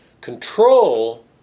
Control